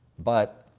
but,